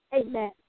amen